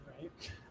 right